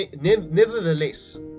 Nevertheless